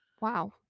Wow